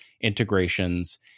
integrations